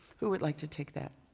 who would like to take that?